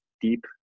deep